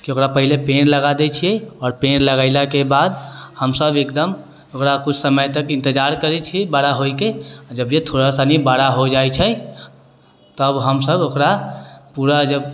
कि ओकरा पहले पेड़ लगा दै छियै आओर पेड़ लगैलाके बाद हम सभ एकदम ओकरा कुछ समय तक इन्तजार करै छी बड़ा होइके जभियै थोड़ा सनि बड़ा होइ जाइ छै तब हम सभ ओकरा पूरा जब